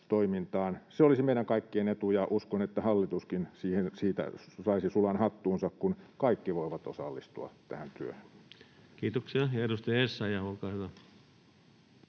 Se olisi meidän kaikkien etu, ja uskon, että hallituskin siitä saisi sulan hattuunsa, kun kaikki voivat osallistua tähän työhön. [Speech 140] Speaker: